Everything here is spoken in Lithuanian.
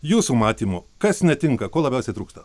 jūsų matymu kas netinka ko labiausiai trūksta